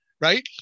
right